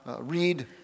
read